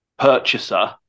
purchaser